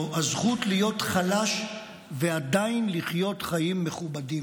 הזכות להיות חלש ועדיין לחיות חיים מכובדים.